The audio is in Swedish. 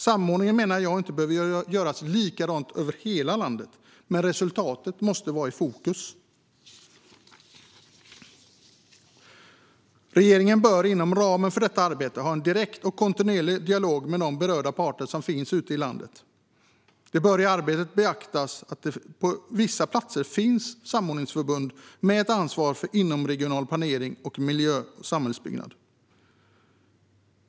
Samordningen behöver inte göras likadant överallt i landet, men resultatet måste vara i fokus. Regeringen bör inom ramen för detta arbete ha en direkt och kontinuerlig dialog med berörda parter ute i landet. Det bör i arbetet beaktas att det på vissa platser finns samordningsförbund med ett ansvar för inomregional planering samt miljö och samhällsbyggnad.